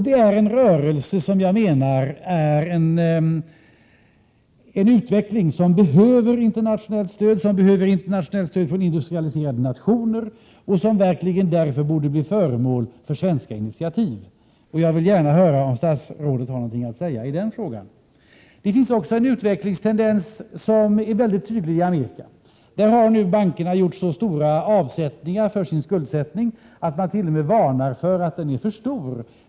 Detta är en utveckling som enligt min mening behöver internationellt stöd från industrialiserade nationer och som därför verkligen borde bli föremål för svenska initiativ. Jag vill gärna höra om statsrådet har någonting att säga i den frågan. Det finns också en tendens som framgår mycket tydligt av utvecklingen i Amerika. Där har bankerna nu gjort så stora avsättningar för sin skuldsättning att man t.o.m. varnar för att den är för stor.